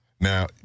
now